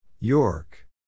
York